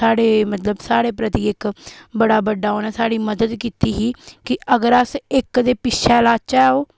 स्हाड़े मतलब स्हाड़े प्रति इक बड़ा बड्डा उ'नें स्हाड़ी मदद कीती ही कि अगर अस इक दे पिच्छै लाचै ओह्